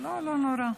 לא, לא נורא.